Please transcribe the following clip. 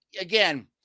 again